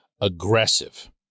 aggressive